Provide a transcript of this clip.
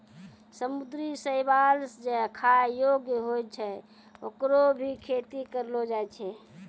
समुद्री शैवाल जे खाय योग्य होय छै, होकरो भी खेती करलो जाय छै